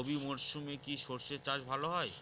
রবি মরশুমে কি সর্ষে চাষ ভালো হয়?